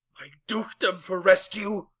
dukedom for rescue!